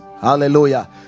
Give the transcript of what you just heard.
Hallelujah